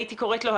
הייתי קוראת לו,